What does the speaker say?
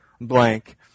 blank